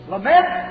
Lament